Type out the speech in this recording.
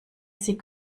sie